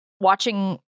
watching